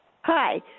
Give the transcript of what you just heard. Hi